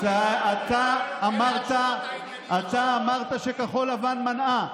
אתה אמרת שכחול לבן מנעה,